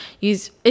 use